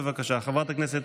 בבקשה, חברת הכנסת